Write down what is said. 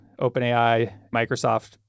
OpenAI-Microsoft